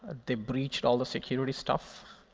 they breached all the security stuff,